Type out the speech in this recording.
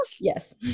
yes